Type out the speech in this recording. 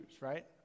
right